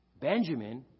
Benjamin